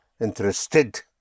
interested